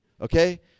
okay